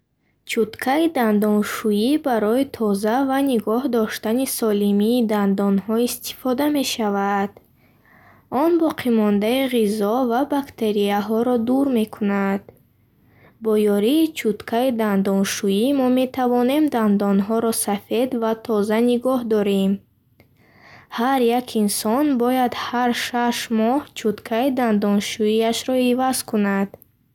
Чуткаи дандоншӯӣ барои тоза ва нигоҳ доштани солимии дандонҳо истифода мешавад. Он боқимондаи ғизо ва бактерияҳоро дур мекунад. Бо ёрии чуткаи дандоншӯӣ мо метавонем дандонҳоро сафед ва тоза нигоҳ дорем. Ҳар як инсон бояд ҳар шаш моҳ чуткаи дандоншӯиашро иваз кунад.